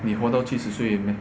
你活到七十岁而已 meh